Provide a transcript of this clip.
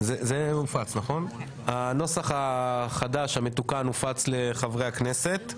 הצעה של 37 חברי הכנסת.